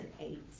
eight